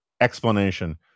explanation